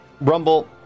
Rumble